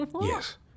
Yes